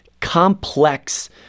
complex